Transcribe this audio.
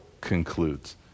concludes